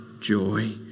joy